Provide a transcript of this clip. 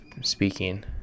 speaking